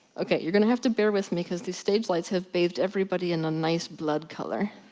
ok, you're gonna have to bear with me, because these stage lights have bathed everybody in a nice blood color.